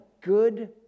good